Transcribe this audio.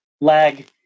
lag